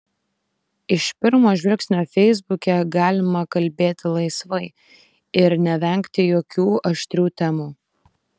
iš pirmo žvilgsnio feisbuke galima kalbėti laisvai ir nevengti jokių aštrių temų